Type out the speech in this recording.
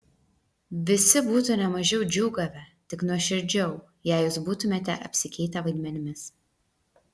visi būtų ne mažiau džiūgavę tik nuoširdžiau jei jūs būtumėte apsikeitę vaidmenimis